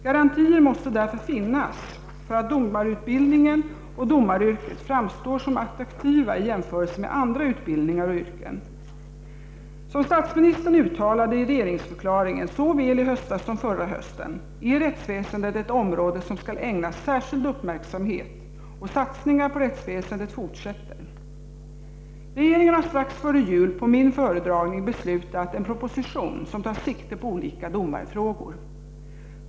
Garantier måste därför finnas för att domarutbildningen och domaryrket framstår som attraktiva i jämförelse med andra utbildningar och yrken. Som statsministern uttalade i regeringsförklaringen såväl i höstas som förra hösten är rättsväsendet ett område som skall ägnas särskild uppmärksamhet, och satsningarna på rättsväsendet fortsätter. Regeringen har strax före jul på min föredragning beslutat om en proposition som tar sikte på olika domarfrågor.